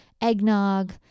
eggnog